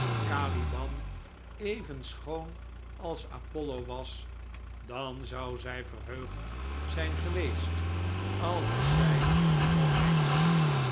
caliban even schoon als apollo was dan zou zij verheugd zijn geweest al was zij ook heks